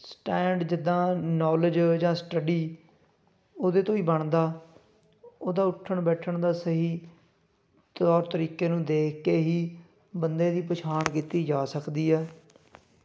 stand ਜਿੱਦਾਂ knowledge ਜਾਂ study ਉਹਦੇ ਤੋਂ ਹੀ ਬਣਦਾ ਉਹਦਾ ਉੱਠਣ ਬੈਠਣ ਦਾ ਸਹੀ ਤੌਰ ਤਰੀਕੇ ਨੂੰ ਦੇਖ ਕੇ ਹੀ ਬੰਦੇ ਦੀ ਪਛਾਣ ਕੀਤੀ ਜਾ ਸਕਦੀ ਹੈ